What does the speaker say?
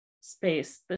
space